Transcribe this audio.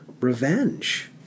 revenge